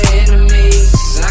enemies